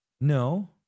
No